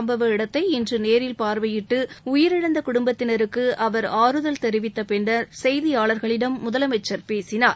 சும்பவ இடத்தை இன்று நேரில் பார்வையிட்டு உயிரிழந்த குடும்பத்தினருக்கு அவர் அறுதல் தெரிவித்த பின்னர் செய்தியாளர்களிடம் முதலமைச்சர் பேசினார்